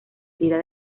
tira